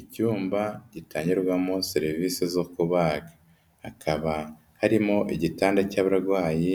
Icyumba gitangirwamo serivise zo kubaga hakaba harimo igitanda cy'abarwayi,